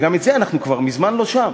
וגם בנוגע לזה, אנחנו מזמן לא שם.